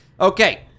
Okay